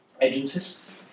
agencies